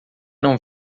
não